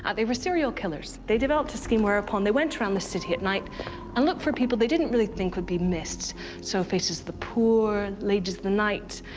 ah they were serial killers. they developed a scheme whereupon they went round the city at night and looked for people they didn't really think would be missed so, if this is the poor, ladies of the night.